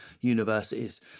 universities